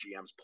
gms